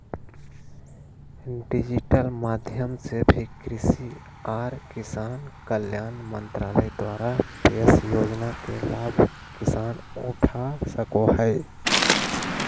digital माध्यम से भी कृषि आर किसान कल्याण मंत्रालय द्वारा पेश योजना के लाभ किसान उठा सको हय